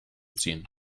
ziehen